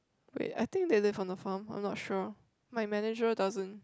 wait I think they live on the farm I'm not sure my manager doesn't